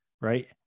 Right